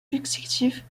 successifs